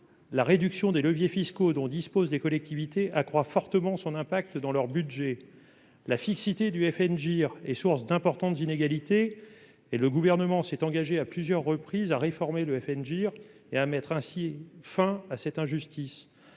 la réduction des leviers fiscaux dont disposent les collectivités accroît fortement son impact dans leur budget. La fixité du FNGIR est source d'importantes inégalités. Le Gouvernement s'est engagé à plusieurs reprises à réformer le FNGIR et à mettre ainsi fin à cette injustice.